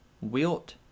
Wilt